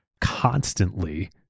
constantly